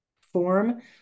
form